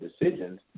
decisions